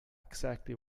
exactly